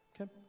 Okay